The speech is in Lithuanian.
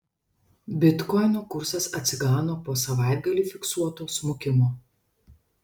bitkoino kursas atsigauna po savaitgalį fiksuoto smukimo